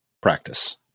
practice